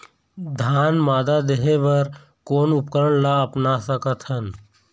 धान मादा देहे बर कोन उपकरण ला अपना सकथन?